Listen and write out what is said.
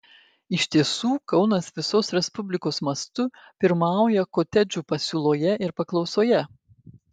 iš tiesų kaunas visos respublikos mastu pirmauja kotedžų pasiūloje ir paklausoje